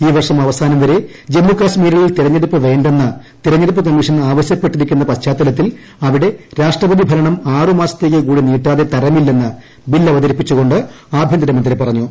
ഈ വർഷം അവസാനംവരെ ജമ്മുകാശ്മീരിൽ തെർഞ്ഞെടുപ്പ് വേ െന്ന് തെരഞ്ഞെടുപ്പ് കമ്മീഷൻ ആവശ്യപ്പെട്ടിരിക്കുന്ന പശ്ചാത്തലത്തിൽ അവിടെ രാഷ്ട്രപതി ഭരണം ആറ് മാസത്തേക്കു കൂടി നീട്ടാതെ തരമില്ലെന്ന് ബില്ല് അവതരിപ്പിച്ചു കൊ ് ആഭ്യന്തരമന്ത്രി പറഞ്ഞു